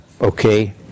Okay